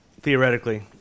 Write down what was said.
theoretically